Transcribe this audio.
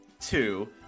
two